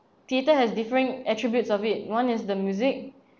theatre has differing attributes of it one is the music